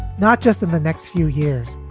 not just in the next few years,